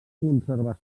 conservació